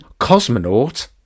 cosmonaut